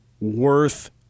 worth